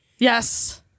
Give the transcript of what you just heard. Yes